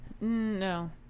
No